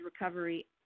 recovery